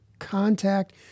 contact